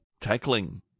tackling